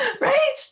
right